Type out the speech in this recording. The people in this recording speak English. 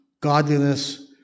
godliness